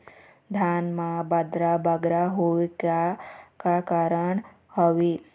धान म बदरा बगरा होय के का कारण का हवए?